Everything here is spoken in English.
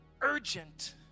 urgent